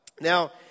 Now